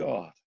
God